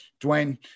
Dwayne